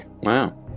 Wow